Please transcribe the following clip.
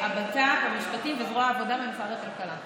הבט"פ, המשפטים וזרוע העבודה במשרד הכלכלה.